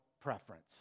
preference